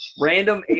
Random